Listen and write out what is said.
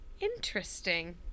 Interesting